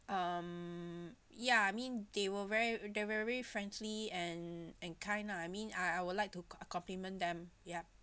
um ya I mean they were very they're very friendly and and kind lah I mean I I would like to com~ uh compliment them ya